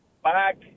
Back